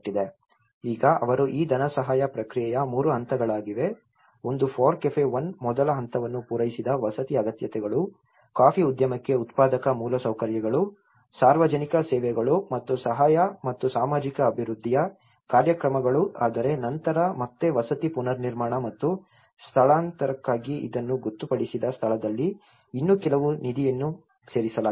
ಈಗ ಅವರು ಈ ಧನಸಹಾಯ ಪ್ರಕ್ರಿಯೆಯ 3 ಹಂತಗಳಾಗಿವೆ ಒಂದು FORECAFE 1 ಮೊದಲ ಹಂತವನ್ನು ಪೂರೈಸಿದ ವಸತಿ ಅಗತ್ಯತೆಗಳು ಕಾಫಿ ಉದ್ಯಮಕ್ಕೆ ಉತ್ಪಾದಕ ಮೂಲಸೌಕರ್ಯಗಳು ಸಾರ್ವಜನಿಕ ಸೇವೆಗಳು ಮತ್ತು ಸಹಾಯ ಮತ್ತು ಸಾಮಾಜಿಕ ಅಭಿವೃದ್ಧಿಯ ಕಾರ್ಯಕ್ರಮಗಳು ಆದರೆ ನಂತರ ಮತ್ತೆ ವಸತಿ ಪುನರ್ನಿರ್ಮಾಣ ಮತ್ತು ಸ್ಥಳಾಂತರಕ್ಕಾಗಿ ಇದನ್ನು ಗೊತ್ತುಪಡಿಸಿದ ಸ್ಥಳದಲ್ಲಿ ಇನ್ನೂ ಕೆಲವು ನಿಧಿಯನ್ನು ಸೇರಿಸಲಾಗಿದೆ